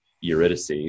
Eurydice